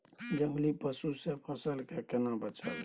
जंगली पसु से फसल के केना बचावी?